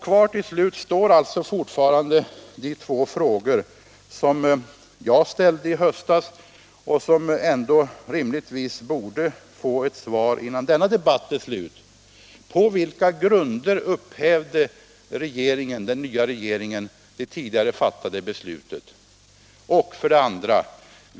Kvar står fortfarande de två frågor som jag ställde i höstas och som rimligtvis borde få ett svar innan denna debatt är slut: På vilka grunder upphävde den nya regeringen det tidigare fattade beslutet?